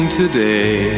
today